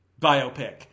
biopic